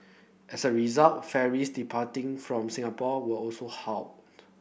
as a result ferries departing from Singapore were also halted